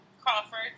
Crawford